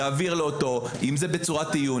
יעביר לו אותו אם זה בצורת עיון,